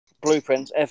blueprints